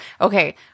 Okay